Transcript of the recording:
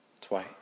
twice